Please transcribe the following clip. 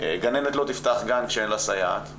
גננת לא תפתח גן כשאין לה סייעת,